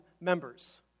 members